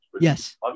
Yes